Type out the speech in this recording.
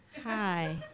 hi